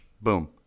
boom